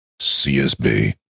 CSB